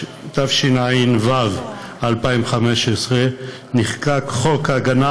התשע"ו 2015, נחקק חוק הגנה